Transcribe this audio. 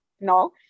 no